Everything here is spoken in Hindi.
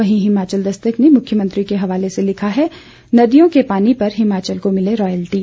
वहीं हिमाचल दस्तक ने मुख्यमंत्री के हवाले से लिखा है नदियों के पानी पर हिमाचल को मिले रॉयल्टी